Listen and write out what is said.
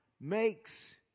makes